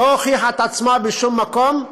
לא הוכיחה את עצמה בשום מקום.